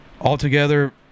altogether